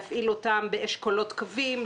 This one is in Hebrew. להפעיל אותן באשכולות קווים,